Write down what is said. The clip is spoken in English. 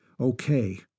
Okay